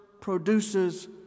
produces